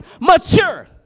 mature